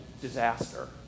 disaster